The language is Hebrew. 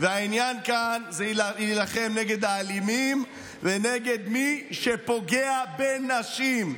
והעניין כאן הוא להילחם נגד האלימים ונגד מי שפוגע בנשים.